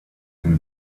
and